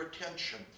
attention